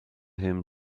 him